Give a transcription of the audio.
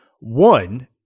One